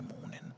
morning